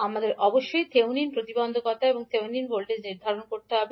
আমাদের অবশ্যই থেভেনিন প্রতিবন্ধকতা এবং থেভেনিন ভোল্টেজ নির্ধারণ করতে হবে